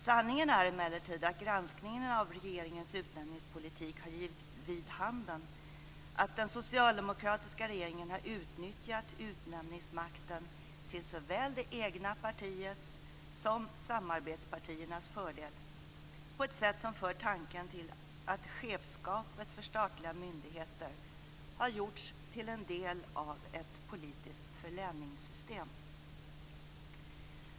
Sanningen är emellertid att granskningen av regeringens utnämningspolitik givit vid handen att den socialdemokratiska regeringen har utnyttjat utnämningsmakten till såväl det egna partiets som samarbetspartiernas fördel på ett sätt som för tanken till att chefsskapet för statliga myndigheter har gjorts till en del av ett politiskt förläningssystem.